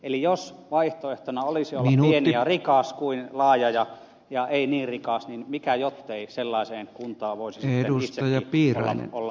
eli jos vaihtoehtoina olisivat olleet pieni ja rikas ja laaja ja ei niin rikas niin mikä jottei sellaiseen kuntaan voisi itsekin olla